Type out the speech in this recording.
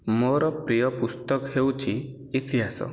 ମୋର ପ୍ରିୟ ପୁସ୍ତକ ହେଉଛି ଇତିହାସ